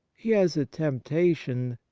he has a temptation,